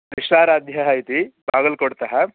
विश्वाराध्यः इति बागल्कोट्तः